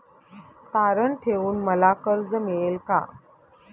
तारण ठेवून मला कर्ज मिळेल का?